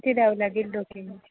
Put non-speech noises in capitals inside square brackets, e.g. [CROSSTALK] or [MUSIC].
किती द्यावे लागेल [UNINTELLIGIBLE]